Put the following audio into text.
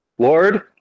Lord